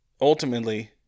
ultimately